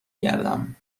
گردم